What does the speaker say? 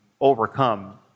overcome